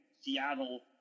Seattle